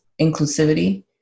inclusivity